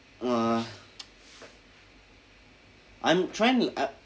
uh I'm trying to li~